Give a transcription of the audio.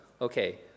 okay